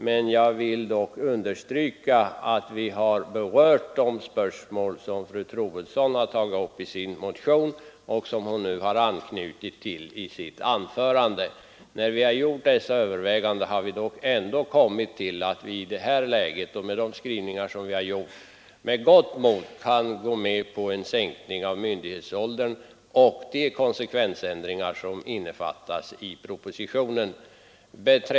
Jag vill dock understryka att vi i utskottet har berört de spörsmål som fru Troedsson tagit upp i sin motion och till vilka hon anknutit i sitt anförande. När vi gjort våra överväganden i utskottet har vi kommit fram till att vi, i det här läget och med de skrivningar som vi har stannat för, med gott mod kan gå med på en sänkning av myndighetsåldern och de konsekvensändringar som innefattas i propositionen.